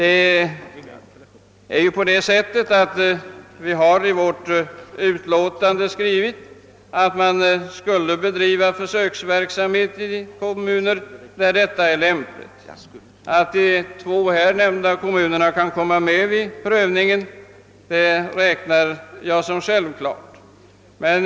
I reservationen föreslås att försöksverksamhet med gymnasiefilialer skall bedrivas i kommuner där detta är lämpligt. Att de två nämnda kommunerna kan komma med vid prövningen betraktar jag som självklart.